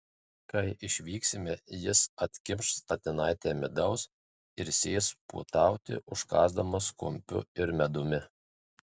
kai išvyksime jis atkimš statinaitę midaus ir sės puotauti užkąsdamas kumpiu ir medumi